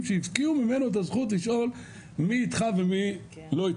שהפקיעו ממנה את הזכות לשאול מי איתך ומי לא איתך,